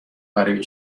برای